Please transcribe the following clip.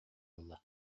ылла